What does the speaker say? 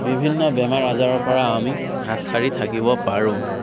বিভিন্ন বেমাৰ আজাৰৰ পৰা আমি হাত সাৰি থাকিব পাৰোঁ